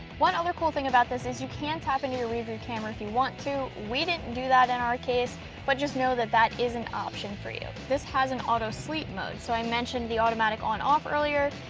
one other cool thing about this is you can tap into your rearview camera if you want to. we didn't do that in our case but just know that that is an option for you. this has an auto sleep mode. so i mentioned the automatic on, off earlier.